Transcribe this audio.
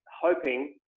hoping